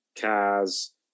cars